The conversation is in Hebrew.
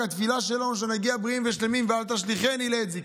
רק התפילה שלנו שנגיע בריאים ושלמים ו"אל תשליכני לעת זקנה".